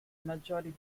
maggiori